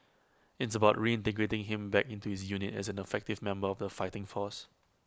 it's about reintegrating him back into his unit as an effective member of the fighting force